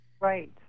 Right